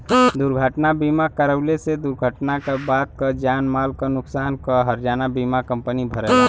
दुर्घटना बीमा करवले से दुर्घटना क बाद क जान माल क नुकसान क हर्जाना बीमा कम्पनी भरेला